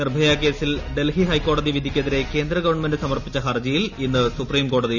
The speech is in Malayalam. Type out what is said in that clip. നിർഭയ കേസിലെ ഡൽഹ്നി ഹൈക്കോടതി വിധിക്കെതിരെ ന് കേന്ദ്ര ഗവൺമെന്റ് സമർപ്പിച്ച ഹർജിയിൽ ഇന്ന് സുപ്രീംകോടതിയിൽ വാദം